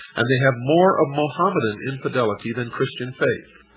and they have more of mohammedan infidelity than christian faith.